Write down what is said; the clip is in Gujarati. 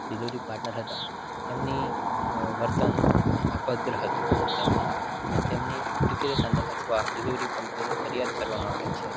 ડીલિવરી પાર્ટનર હતા એમની વર્તન અભદ્ર હતું તેમ તેમની વિક્રેતાને અથવા ડીલિવરી કંપનીને ફરિયાદ કરવા માગીએ છીએ